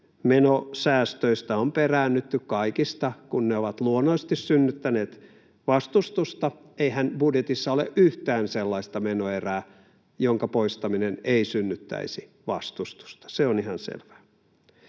sopimaan, on peräännytty, kun ne ovat luonnollisesti synnyttäneet vastustusta. Eihän budjetissa ole yhtään sellaista menoerää, jonka poistaminen ei synnyttäisi vastustusta, se on ihan selvää.